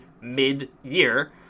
mid-year